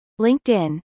LinkedIn